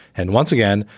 and once again,